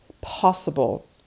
possible